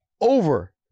Over